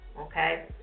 okay